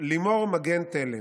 לימור מגן תלם,